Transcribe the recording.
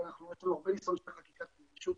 ויש לנו הרבה ניסיון כמו באינטרנט ובדברים אחרים,